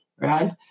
right